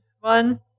one